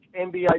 NBA